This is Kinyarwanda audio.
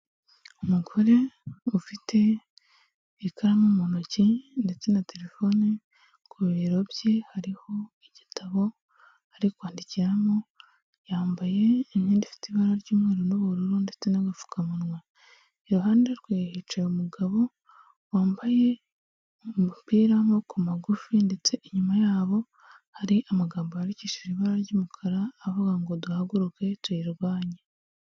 Umugore ufite ikaramu mu ntoki ndetse na telefone, ku bibero bye hariho igitabo ari kwandikiramo, yambaye imyenda ifite ibara ry'umweru n'ubururu ndetse n'agapfukamunwa, iruhande rwe hicaye umugabo wambaye umupira w'amaboko magufi ndetse inyuma yabo hari amagambo yandikishije ibara ry'umukara, avuga ngo ''duhaguruke tuyirwanye''.